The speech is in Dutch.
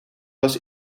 was